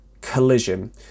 collision